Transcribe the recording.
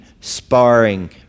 sparring